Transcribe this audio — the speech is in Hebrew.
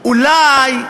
אולי,